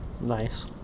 Nice